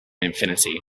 infinity